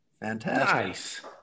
Fantastic